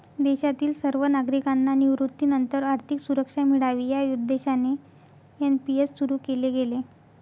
देशातील सर्व नागरिकांना निवृत्तीनंतर आर्थिक सुरक्षा मिळावी या उद्देशाने एन.पी.एस सुरु केले गेले